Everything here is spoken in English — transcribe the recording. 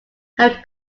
have